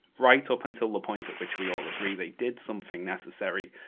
right up until the point, at which we all agree they did something necessary,